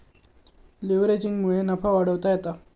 लीव्हरेजिंगमुळे नफा वाढवता येता